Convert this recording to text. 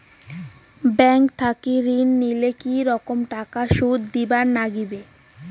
Bank থাকি ঋণ নিলে কি রকম টাকা সুদ দিবার নাগিবে?